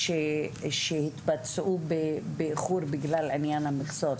הצווים שהתבצעו באיחור בגלל עניין המכסות,